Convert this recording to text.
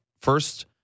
First